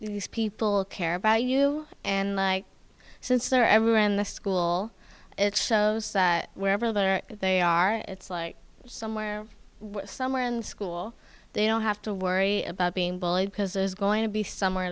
these people care about you and i since they're everywhere in the school it shows that wherever they are they are it's like somewhere somewhere in school they don't have to worry about being bullied because there's going to be somewhere